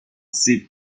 sid